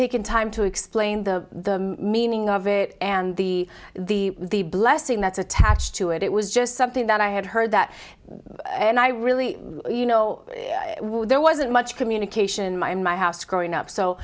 taken time to explain the meaning of it and the the the blessing that's attached to it it was just something that i had heard that and i really you know there wasn't much communication my in my house growing up so